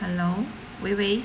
hello 喂喂